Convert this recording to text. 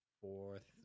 fourth